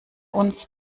uns